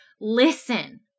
listen